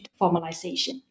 formalization